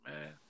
man